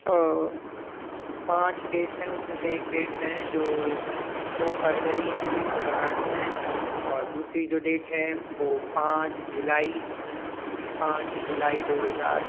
पाँच डेट्स हैं उसमें एक डेट्स हैं जो दो फ़रवरी उन्नीस सौ बरानु हैं और दूसरी जो डेट हैं वो पाँच जुलाई पाँच जुलाई दो हज़ार